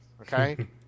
Okay